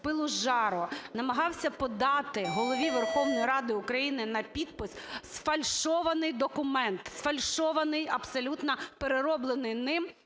пилу з жару, намагався подати Голові Верховної Ради України на підпис сфальшований документ, сфальшований, абсолютно перероблений ним